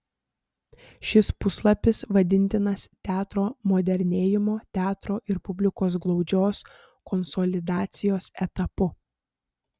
šis puslapis vadintinas teatro modernėjimo teatro ir publikos glaudžios konsolidacijos etapu